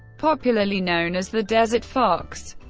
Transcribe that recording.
popularly known as the desert fox,